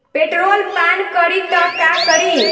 Petrol पान करी त का करी?